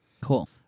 Cool